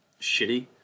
shitty